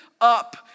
up